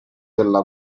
della